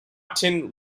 tin